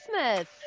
christmas